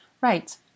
Right